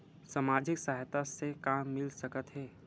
सामाजिक सहायता से का मिल सकत हे?